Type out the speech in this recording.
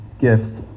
gifts